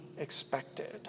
Expected